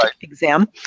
exam